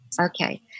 Okay